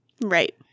Right